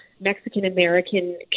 Mexican-American